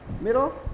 middle